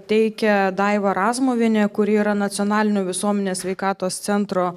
teikia daiva razmuvienė kuri yra nacionalinio visuomenės sveikatos centro